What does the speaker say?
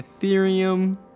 ethereum